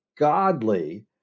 Godly